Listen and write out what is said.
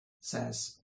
says